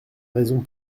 raison